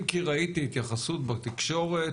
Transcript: אם כי ראיתי התייחסות בתקשורת,